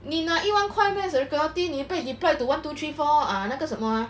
你拿一万块 meh security 你被 deployed to one two three four err 那个什么 ah